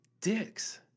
dicks